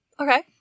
Okay